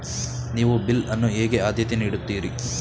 ನೀವು ಬಿಲ್ ಅನ್ನು ಹೇಗೆ ಆದ್ಯತೆ ನೀಡುತ್ತೀರಿ?